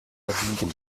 verbiegen